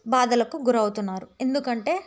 బాధలకు గురవుతున్నారు ఎందుకంటే